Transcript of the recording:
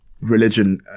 religion